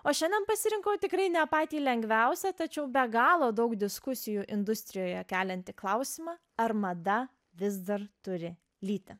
o šiandien pasirinkau tikrai ne patį lengviausią tačiau be galo daug diskusijų industrijoje keliantį klausimą ar mada vis dar turi lytį